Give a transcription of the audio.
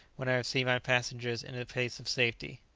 when i have seen my passengers in a place of safety.